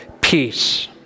peace